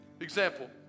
Example